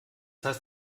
heißt